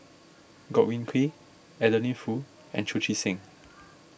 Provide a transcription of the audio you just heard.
Godwin Koay Adeline Foo and Chu Chee Seng